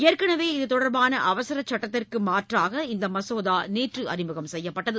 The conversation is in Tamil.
ஏற்கனவே இதுதொடர்பான அவசர சட்டத்திற்கு மாற்றாக இந்த மசோதா நேற்று அறிமுகம் செய்யப்பட்டது